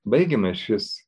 baigiame šis